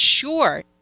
sure